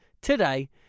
today